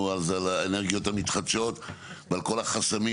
אז על האנרגיות המתחדשות ועל כל החסמים